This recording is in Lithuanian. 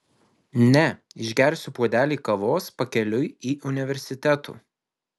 ne išgersiu puodelį kavos pakeliui į universitetų